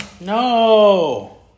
No